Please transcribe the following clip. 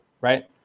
Right